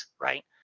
right